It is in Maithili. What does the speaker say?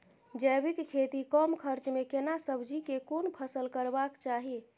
जैविक खेती कम खर्च में केना सब्जी के कोन फसल करबाक चाही?